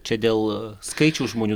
čia dėl skaičių žmonių